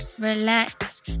relax